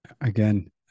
Again